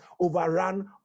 overrun